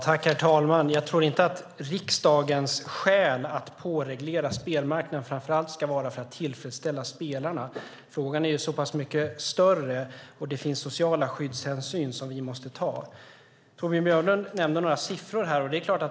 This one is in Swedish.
Herr talman! Jag tror inte att riksdagens skäl att påreglera spelmarknaden framför allt ska vara att tillfredsställa spelarna. Frågan är mycket större än så, och det finns sociala skyddshänsyn som vi måste ta. Torbjörn Björlund nämnde några siffror.